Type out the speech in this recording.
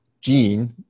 gene